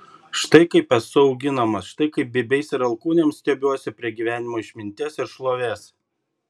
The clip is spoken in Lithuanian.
štai kaip esu auginamas štai kaip bybiais ir alkūnėm stiebiuosi prie gyvenimo išminties ir šlovės